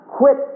quit